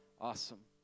Awesome